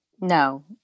no